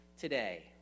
today